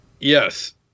yes